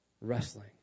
wrestling